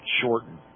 shortened